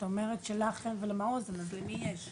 את אומרת שלך אין ולמעוז אין, אז למי יש?